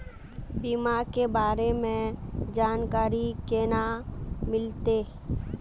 बीमा के बारे में जानकारी केना मिलते?